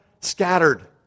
scattered